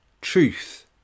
Truth